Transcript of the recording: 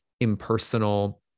impersonal